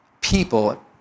people